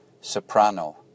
soprano